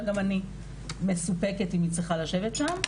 גם אני מסופקת אם היא צריכה לשבת שם,